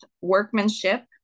workmanship